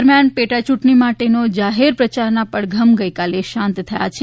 દરમ્યાન પેટાચૂંટણી માટે જાહેર પ્રચારના પડઘમ ગઈકાલે શાંત થયા છે